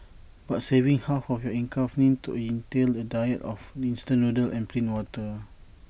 but saving half of your income need to entail A diet of instant noodles and plain water